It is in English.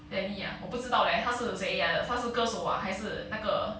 lany ah 我不是知道 leh 他是谁来的他是歌手 ah 还是那个